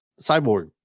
Cyborg